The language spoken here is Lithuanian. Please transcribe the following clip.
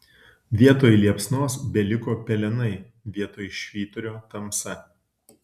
vietoj liepsnos beliko pelenai vietoj švyturio tamsa